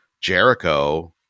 Jericho